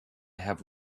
have